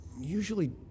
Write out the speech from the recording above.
usually